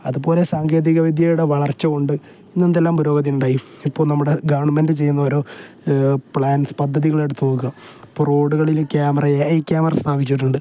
അതുപോലെ സാങ്കേതികവിദ്യയുടെ വളർച്ച കൊണ്ട് ഇന്ന് എന്തെല്ലാം പുരോഗതി ഉണ്ടായി ഇപ്പോൾ നമ്മുടെ ഗവൺമെൻറ് ചെയ്യുന്ന ഓരോ പ്ലാൻസ് പദ്ധതികൾ എടുത്തു നോക്കുക ഇപ്പം റോഡുകളിൽ ക്യാമറ എ ഐ ക്യാമറ സ്ഥാപിച്ചിട്ടുണ്ട്